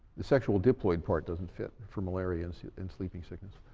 the sexual diploid part doesn't fit, for malaria and so and sleeping sickness.